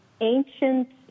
ancient